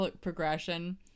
progression